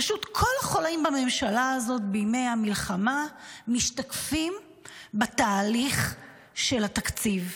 פשוט כל החוליים בממשלה בימי המלחמה משתקפים בתהליך של התקציב,